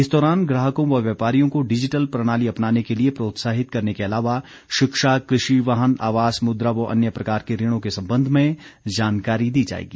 इस दौरान ग्राहकों व व्यापारियों को डिजिटल प्रणाली अपनाने के लिए प्रोत्साहित करने के अलावा शिक्षा कृषि वाहन आवास व अन्य प्रकार के ऋणों के संबंध में जानकारी दी जाएगी